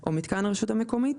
או מתקן רשות מקומית.